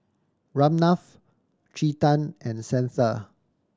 Ramnath Chetan and Santha